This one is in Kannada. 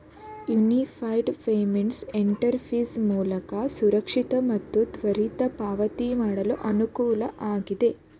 ಯೂನಿಫೈಡ್ ಪೇಮೆಂಟ್ಸ್ ಇಂಟರ್ ಫೇಸ್ ಮೂಲಕ ಸುರಕ್ಷಿತ ಮತ್ತು ತ್ವರಿತ ಪಾವತಿ ಮಾಡಲು ಅನುಕೂಲ ಆಗಿದೆ